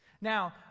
Now